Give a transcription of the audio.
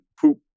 poop